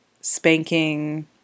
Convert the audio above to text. spanking